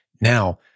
Now